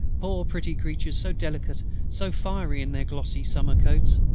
poor, pretty creatures, so delicate, so fiery, in their glossy summer coats!